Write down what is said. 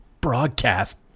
broadcast